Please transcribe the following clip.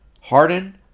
Harden